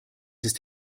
ist